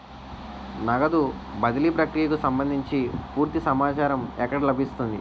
నగదు బదిలీ ప్రక్రియకు సంభందించి పూర్తి సమాచారం ఎక్కడ లభిస్తుంది?